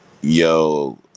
Yo